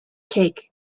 cake